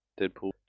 Deadpool